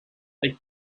they